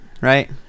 Right